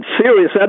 serious